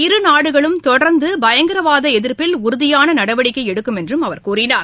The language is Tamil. இருநாடுகளும் தொடர்ந்து பயங்கரவாத எதிர்ப்பில் உறுதியான நடவடிக்கை எடுக்கும் என்றார்